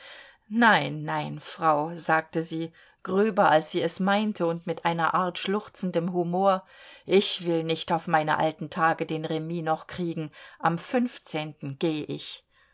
nein nein frau sagte sie gröber als sie es meinte und mit einer art schluchzendem humor ich will nicht auf meine alten tage den remis noch kriegen am fünfzehnten geh ich